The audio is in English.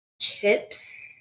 chips